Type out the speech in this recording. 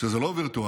שזה לא וירטואלי,